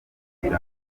agire